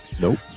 Nope